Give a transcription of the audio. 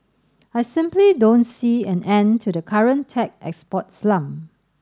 I simply don't see an end to the current tech export slump